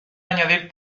añadir